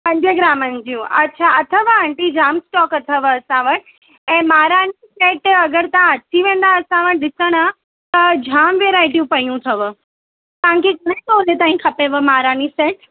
पंज ग्रामनि जूं अच्छा अथव आंटी स्टॉक अथव असां वटि ऐं महाराणी सेट अगरि तव्हां अची वेंदा असां वटि ॾिसण त जामु वेराइटियूं पइयूं अथव तव्हांखे घणे तोले ताईं खपेव महाराणी सेट